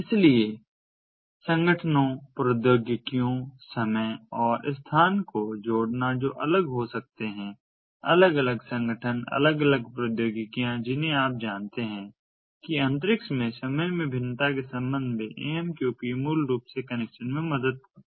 इसलिए संगठनों प्रौद्योगिकियों समय और स्थान को जोड़ना जो अलग हो सकते हैं अलग अलग संगठन अलग अलग प्रौद्योगिकियां जिन्हें आप जानते हैं कि अंतरिक्ष में समय भिन्नता के संबंध में AMQP मूल रूप से कनेक्शन में मदद करता है